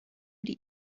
die